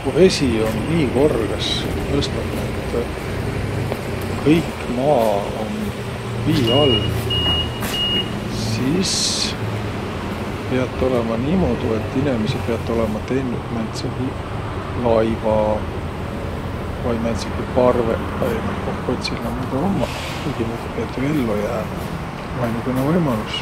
Ku vesi um nii korgõs nõsnuq, et kõik maa um vii all, sis piät olõma niimuudu, et inemiseq piät olõma tennüq määntsegi laiva vai määntsegi parvõq vai. Noh, kohkotsil nä muido ummaq. Kuigimuudu piät jo ello jäämä, tuu um ainugõnõ võimalus.